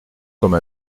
comme